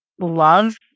love